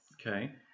Okay